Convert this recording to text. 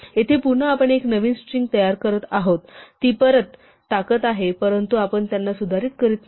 येथे पुन्हा आपण एक नवीन स्ट्रिंग तयार करत आहोत आणि ती परत टाकत आहोत परंतु आपण त्यात सुधारित करत नाही